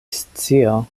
scio